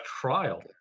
trial